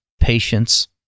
patience